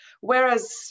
whereas